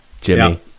Jimmy